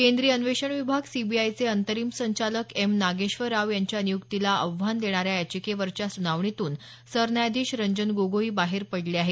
केंद्रीय अन्वेषण विभाग सीबीआयचे अंतरिम संचालक एम नागेश्वर राव यांच्या नियुक्तीला आव्हान देणाऱ्या याचिकेवरच्या सुनावणीतून सरन्यायाधीश रंजन गोगोई बाहेर पडले आहेत